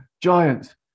giants